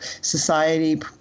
society